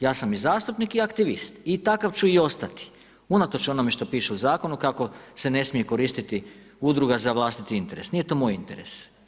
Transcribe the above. Ja sam i zastupnik i aktivist i takav ću i ostati, unatoč onome što piše u zakonu kako se ne smije koristiti udruga za vlastiti interes, nije to moj interes.